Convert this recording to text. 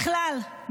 בכלל,